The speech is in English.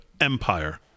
empire